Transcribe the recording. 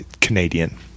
Canadian